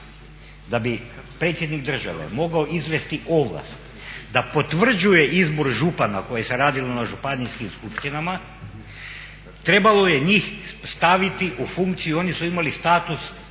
Da bi predsjednik države mogao izvesti … da potvrđuje izbor župana koje se radilo na županijskim skupštinama trebalo je njih staviti u funkciju, oni su imali status